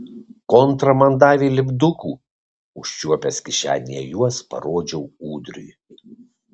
kontra man davė lipdukų užčiuopęs kišenėje juos parodžiau ūdriui